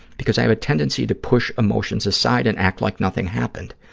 because i have a tendency to push emotions aside and act like nothing happened.